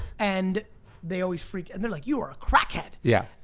and they always freak, and they're like, you are a crackhead! yeah.